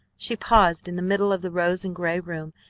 she paused in the middle of the rose-and-gray room,